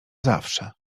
zawsze